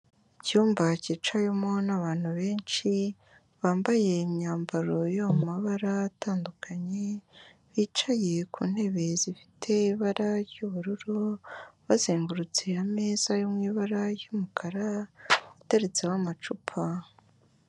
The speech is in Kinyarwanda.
Icyumba cyicawemo n'abantu benshi, bambaye imyambaro yo mu mabara atandukanye, bicaye ku ntebe zifite ibara ry'ubururu bazengurutse ameza yo mu ibara ry'umukara ateretseho amacupa.